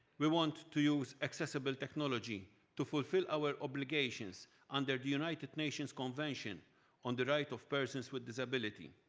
we want to use accessible technology to fulfill our obligations under the united nations convention on the right of persons with disability.